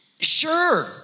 Sure